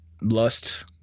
Lust